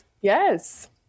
Yes